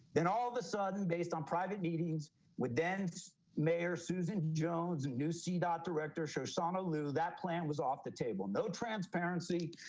then all of a sudden based on private meetings with then markgelband mayor susan jones and lucy dot director so sauna lou that plan was off the table, no transparency,